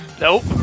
Nope